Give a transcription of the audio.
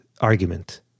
argument